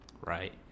right